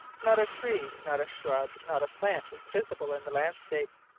not a tree, not a shrub, not a plant was visible in the landscape.